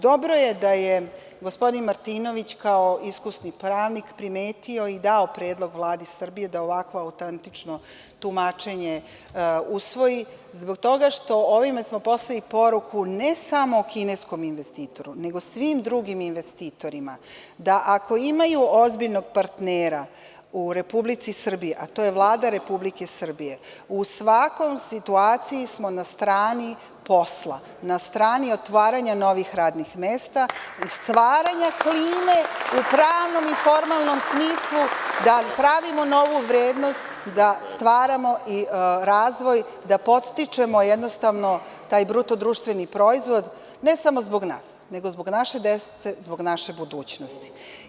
Dobro je da je gospodin Martinović, kao iskusni pravnik, primetio i dao predlog Vladi Srbije da ovakvo autentično tumačenje usvoji, zbog toga što smo ovim poslali poruku ne samo kineskom investitoru, nego svim drugim investitorima da, ako imaju ozbiljnog partnera u Republici Srbiji, a to je Vlada Republike Srbije, u svakoj situaciji smo na strani posla, na strani otvaranja novih radnih mesta i stvaranja klime u pravnom i formalnom smislu da pravimo novu vrednost, da stvaramo i razvijamo, da podstičemo, jednostavno, taj bruto društveni proizvod, ne samo zbog nas, nego zbog naše dece, zbog naše budućnosti.